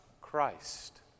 Christ